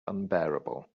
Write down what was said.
unbearable